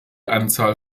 anzahl